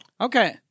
Okay